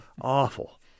Awful